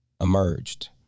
emerged